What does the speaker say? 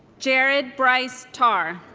jared brice tarr